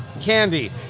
candy